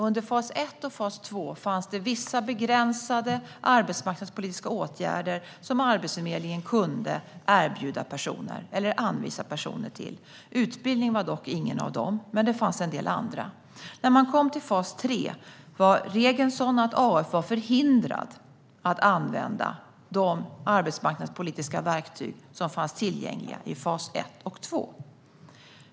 Under fas 1 och fas 2 fanns det vissa begränsade arbetsmarknadspolitiska åtgärder som Arbetsförmedlingen kunde erbjuda eller anvisa personer till. Utbildning var dock ingen av dessa, men det fanns en del andra. När man kom till fas 3 var regeln sådan att Arbetsförmedlingen var förhindrad att använda de arbetsmarknadspolitiska verktyg som fanns tillgängliga i faserna 1 och 2.